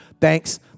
Thanks